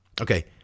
Okay